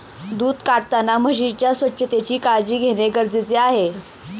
दूध काढताना म्हशीच्या स्वच्छतेची काळजी घेणे गरजेचे आहे